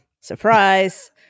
Surprise